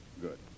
Good